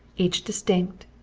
each distinct,